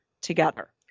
together